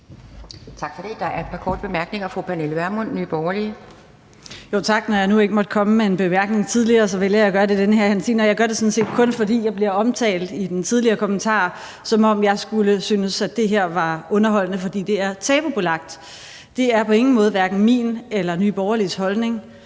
Tak for det. Der er et par korte bemærkninger. Fru Pernille Vermund, Nye Borgerlige. Kl. 11:43 Pernille Vermund (NB): Tak. Når jeg nu ikke måtte komme med en bemærkning tidligere, vælger jeg at gøre det i den her henseende, og jeg gør det sådan set kun, fordi jeg bliver omtalt i den tidligere kommentar, som om jeg skulle synes, at det her var underholdende, fordi det er tabubelagt. Det er på ingen måde hverken min eller Nye Borgerliges holdning.